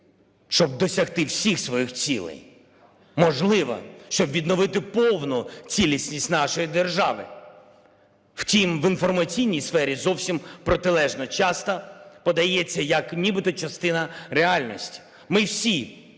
щоб досягти всіх своїх цілей, можливо, щоб відновити повну цілісність нашої держави. Втім в інформаційній сфері зовсім протилежно часто подається як нібито частина реальності. Ми всі